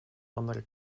andere